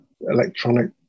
electronic